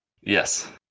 Yes